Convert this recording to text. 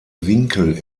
winkel